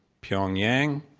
pyongyang,